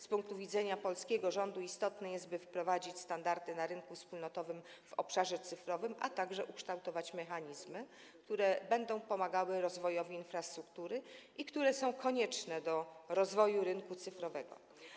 Z punktu widzenia polskiego rządu istotne jest, by wprowadzić na rynku wspólnotowym standardy w obszarze cyfrowym, a także ukształtować mechanizmy, które będą pomagały rozwojowi infrastruktury i które są konieczne do rozwoju rynku cyfrowego.